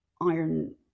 iron